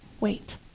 wait